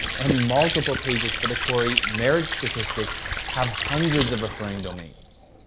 and multiple pages for the query, marriage statistics have hundreds of referring domains.